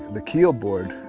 the keel board,